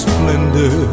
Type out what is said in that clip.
Splendor